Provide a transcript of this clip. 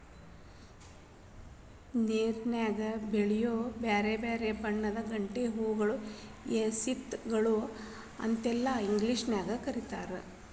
ನೇರನ್ಯಾಗ ಬೆಳಿಯೋ ಬ್ಯಾರ್ಬ್ಯಾರೇ ಬಣ್ಣಗಳ ಗಂಟೆ ಹೂಗಳನ್ನ ಹಯಸಿಂತ್ ಗಳು ಅಂತೇಳಿ ಇಂಗ್ಲೇಷನ್ಯಾಗ್ ಕರೇತಾರ